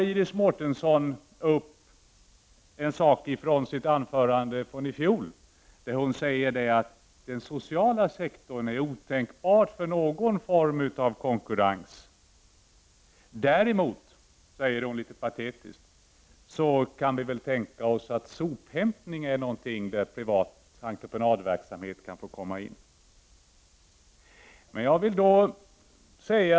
Iris Mårtensson tog vidare upp ett tema från sitt anförande i fjol. Hon sade att det inom den sociala sektorn är otänkbart med någon form av konkurrens, men tillade litet patetiskt att man väl kan tänka sig att privat entreprenadverksamhet kan få komma in när det gäller sophämtning.